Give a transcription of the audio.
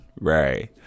right